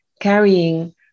carrying